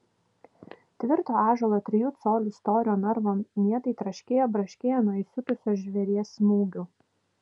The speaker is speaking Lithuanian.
tvirto ąžuolo trijų colių storio narvo mietai traškėjo braškėjo nuo įsiutusio žvėries smūgių